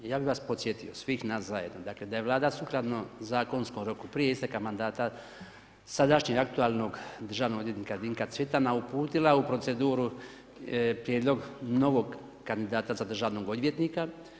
Ja bih vas podsjetio, svih nas zajedno, dakle da je Vlada sukladno zakonskom roku prije isteka mandata sadašnjeg aktualnog državnog odvjetnika Dinka Cvitana, uputila u proceduru prijedlog novog kandidata za državnog odvjetnika.